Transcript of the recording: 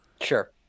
Sure